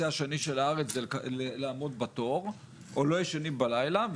השני של הארץ כדי לעמוד בתור או לא ישנים בלילה.